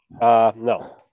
No